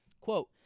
Quote